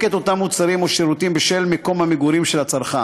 את אותם מוצרים או שירותים בשל מקום המגורים של הצרכן.